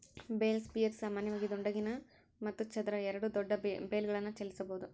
bale spears ಸಾಮಾನ್ಯವಾಗಿ ದುಂಡಗಿನ ಮತ್ತು ಚದರ ಎರಡೂ ದೊಡ್ಡ ಬೇಲ್ಗಳನ್ನು ಚಲಿಸಬೋದು